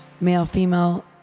male-female